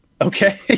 Okay